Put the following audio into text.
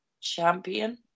champion